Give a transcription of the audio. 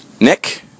Nick